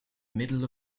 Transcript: middle